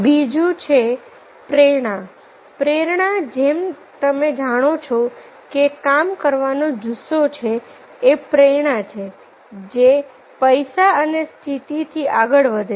બીજું છે પ્રેરણાપ્રેરણા જેમ તમે જાણો છો કે કામ કરવાનો જુસ્સો છે એ પ્રેરણા છે જે પૈસા અને સ્થિતિથી આગળ વધે છે